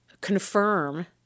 Confirm